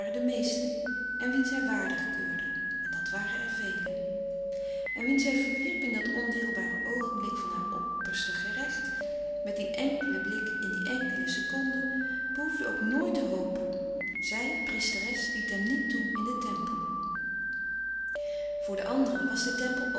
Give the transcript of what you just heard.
de meesten en wien zij waardig keurde en dat waren er velen en louis couperus de stille kracht wien zij verwierp in dat ondeelbare oogenblik van haar opperste gerecht met dien enkelen blik in die enkele seconde behoefde ook nooit te hopen zij priesteres liet hem niet toe in den tempel voor de anderen was de tempel